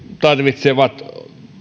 tarvitsevat